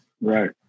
Right